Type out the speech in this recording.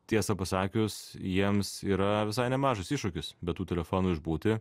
tiesa pasakius jiems yra visai nemažas iššūkis be tų telefonų išbūti